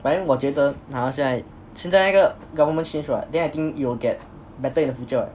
but then 我觉得好像现在现在那个 government change what then I think it will get better in the future ah